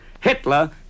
Hitler